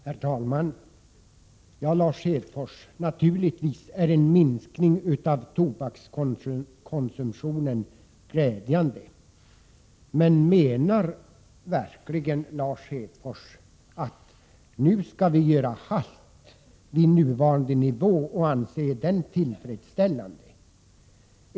Herr talman! Lars Hedfors, naturligtvis är en minskning av tobakskonsumtionen glädjande. Men menar Lars Hedfors verkligen att vi nu skall göra halt vid nuvarande nivå och anse att den är tillfredsställande?